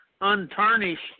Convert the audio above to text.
Untarnished